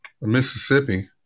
Mississippi